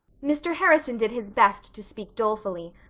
mr. harrison did his best to speak dolefully,